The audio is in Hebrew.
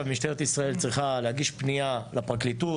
משטרת ישראל צריכה להגיש פנייה לפרקליטות,